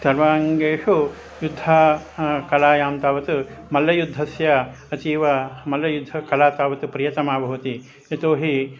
सर्वाङ्गेषु युद्धः कलायां तावत् मल्लयुद्धस्य अतीव मल्लयुद्धकला तावत् प्रियतमा भवति यतो हि